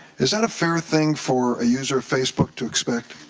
is that a fair thing for a user of facebook to expect?